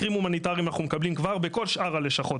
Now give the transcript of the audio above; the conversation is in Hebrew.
מקרים הומניטריים אנחנו מקבלים כבר בכל שאר הלשכות,